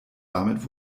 damit